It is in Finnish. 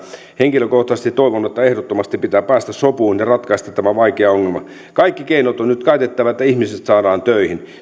henkilökohtaisesti että ehdottomasti pitää päästä sopuun ja ratkaista tämä vaikea ongelma kaikki keinot on nyt käytettävä että ihmiset saadaan töihin